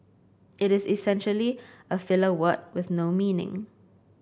it is essentially a filler word with no meaning